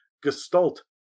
gestalt